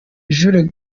jules